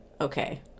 okay